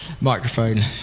microphone